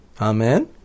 Amen